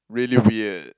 really weird